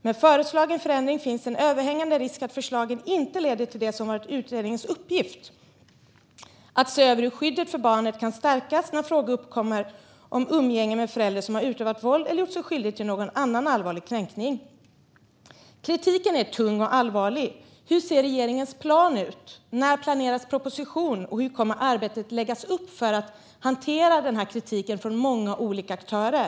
Med föreslagen förändring finns en överhängande risk att förslagen inte leder till det som varit utredningens uppgift, att se över hur skyddet för barnet kan stärkas när fråga uppkommer om umgänge med en förälder som har utövat våld eller gjort sig skyldig till någon annan allvarlig kränkning." Kritiken är tung och allvarlig. Hur ser regeringens plan ut? När planeras en proposition, och hur kommer arbetet att läggas upp för att hantera kritiken från många olika aktörer?